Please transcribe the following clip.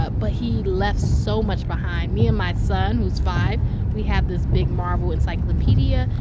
ah but he left so much behind. me and my son, who's five we have this big marvel encyclopedia.